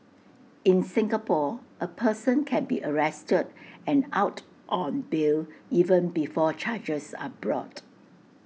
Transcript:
in Singapore A person can be arrested and out on bail even before charges are brought